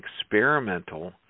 experimental